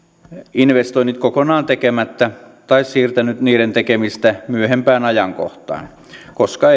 investoinnit kokonaan tekemättä tai siirtänyt niiden tekemistä myöhempään ajankohtaan koska